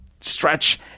stretch